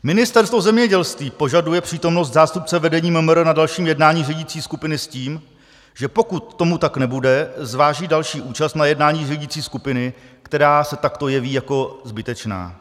Ministerstvo zemědělství požaduje přítomnost zástupce vedení MMR na dalším jednání řídicí skupiny s tím, že pokud tomu tak nebude, zváží další účast na jednání řídicí skupiny, která se takto jeví jako zbytečná.